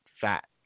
fat